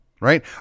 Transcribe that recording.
right